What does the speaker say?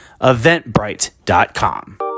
eventbrite.com